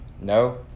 no